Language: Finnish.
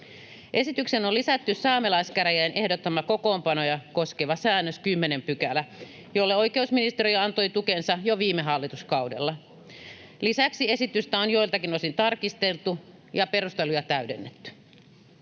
Esitykseen on lisätty saamelaiskäräjien ehdottama kokoonpanoja koskeva säännös, 10 §, jolle oikeusministeriö antoi tukensa jo viime hallituskaudella. Lisäksi esitystä on joiltakin osin tarkisteltu ja perusteluja täydennetty.